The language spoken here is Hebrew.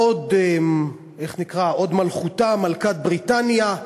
הוד מלכותה מלכת בריטניה,